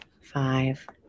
five